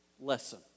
lesson